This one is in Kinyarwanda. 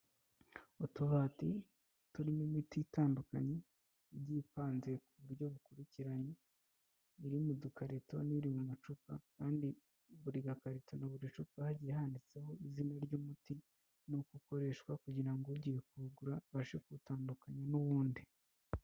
Utubati turimo imiti itandukanye igiye ipanze ku buryo bukurikiranye, iri mu dukarito, n'iri mu macupa kandi buri gakarito na buri cupa hagiye handitseho izina ry'umuti n'uko ukoreshwa kugira ngo ugiye kuwugura abashe kuwutandukanya n'ubundi.